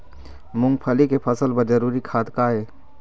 मूंगफली के फसल बर जरूरी खाद का ये?